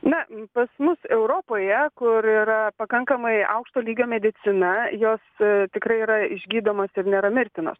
na pas mus europoje kur yra pakankamai aukšto lygio medicina jos tikrai yra išgydomos ir nėra mirtinos